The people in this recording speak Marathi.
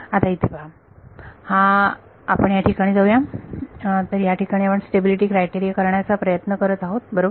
आता इथे पहा हा आपण याठिकाणी जाऊया या ठिकाणी आपण स्टॅबिलिटी क्रायटेरिया करण्याचा प्रयत्न करत आहोत बरोबर